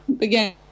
again